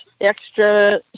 extra